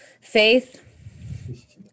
Faith